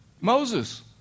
Moses